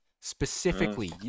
Specifically